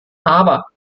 aber